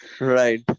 Right